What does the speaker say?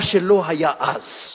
מה שלא היה אז,